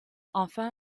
enfin